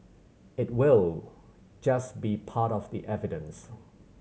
it will just be part of the evidence